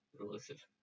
elusive